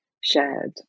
shared